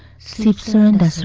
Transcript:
citizen and